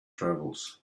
travels